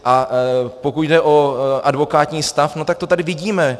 A pokud jde o advokátní stav, tak to tady vidíme.